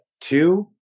Two